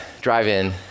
drive-in